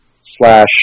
slash